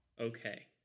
Okay